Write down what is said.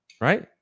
right